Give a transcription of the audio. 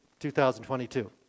2022